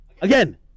Again